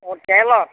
হোটেলত